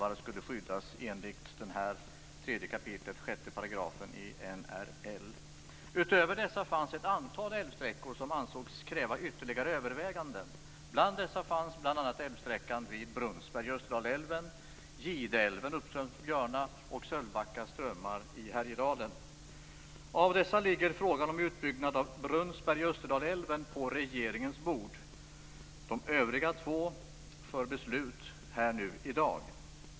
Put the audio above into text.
3 kap. 6 § NRL. Utöver dessa fanns ett antal älvsträckor som ansågs kräva ytterligare överväganden. Sölvbacka strömmar i Härjedalen. Av dessa ligger frågan om utbyggnad av sträckan vid Brunnsberg i Österdalälven på regeringens bord. De övriga två föreligger för beslut här i dag.